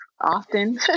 often